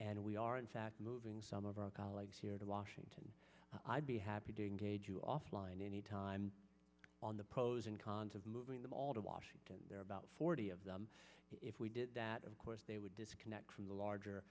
and we are moving some of our colleagues here to washington i'd be happy to engage you offline any time on the pros and cons of moving them all to washington there are about forty of them if we did of course they would disconnect from the larger